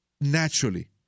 naturally